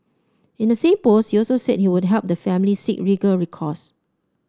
in the same post you also said he would help the family seek legal recourse